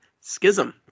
Schism